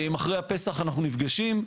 אחרי הפסח אנחנו נפגשים,